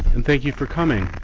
and thank you for coming.